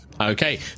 Okay